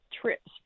trips